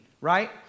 right